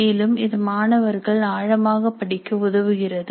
மேலும் இது மாணவர்கள் ஆழமாக படிக்க உதவுகிறது